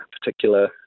particular